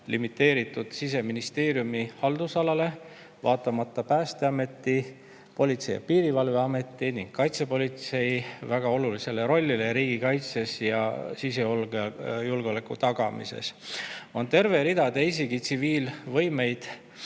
limiteeritud Siseministeeriumi haldusalaga. Vaatamata Päästeameti, Politsei‑ ja Piirivalveameti ning kaitsepolitsei väga olulisele rollile riigikaitses ja sisejulgeoleku tagamises on terve rida teisigi tsiviilvõimeid,